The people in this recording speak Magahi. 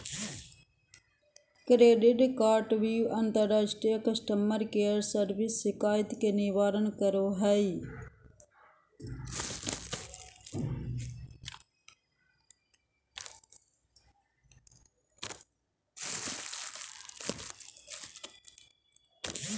क्रेडिट कार्डव्यू अंतर्राष्ट्रीय कस्टमर केयर सर्विस शिकायत के निवारण करो हइ